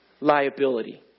liability